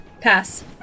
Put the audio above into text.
Pass